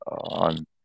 on